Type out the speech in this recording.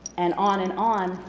and on and on,